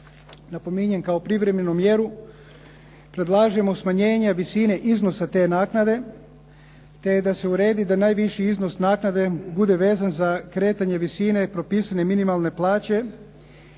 napominjem kao privremenu mjeru, predlažemo smanjenje visine iznosa te naknade, te da se uredi da najviši iznosi naknade bude vezan za kretanje visine propisane minimalne plaće,